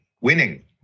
winning